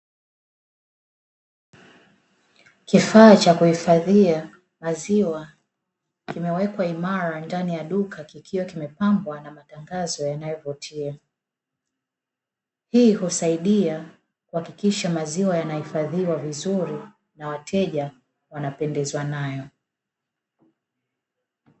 Kifaa cha kuhifadhia maziwa kimewekwa imara ndani ya duka, kikiwa kimepambwa na matangazo yanayovutia. Hii husaidia kuhakikisha maziwa yanahifadhiwa vizuri na wateja wanapendezwa nayo.